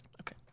Okay